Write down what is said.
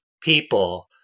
people